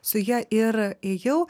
su ja ir ėjau